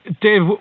Dave